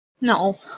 No